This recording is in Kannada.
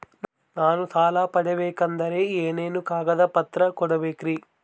ನಾನು ಸಾಲ ಪಡಕೋಬೇಕಂದರೆ ಏನೇನು ಕಾಗದ ಪತ್ರ ಕೋಡಬೇಕ್ರಿ?